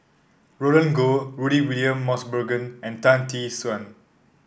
Roland Goh Rudy William Mosbergen and Tan Tee Suan